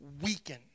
weaken